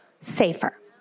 safer